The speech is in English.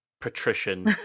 patrician